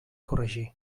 corregir